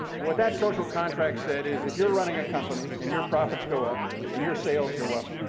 and what that social contract said is, if you're running a company, and your profits go up and your sales go up,